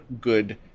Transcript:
good